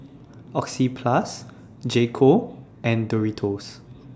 Oxyplus J Co and Doritos